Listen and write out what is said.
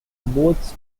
both